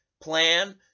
plan